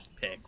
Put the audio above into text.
pick